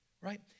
right